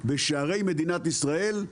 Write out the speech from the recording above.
בשערי מדינת ישראל,